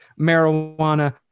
marijuana